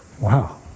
wow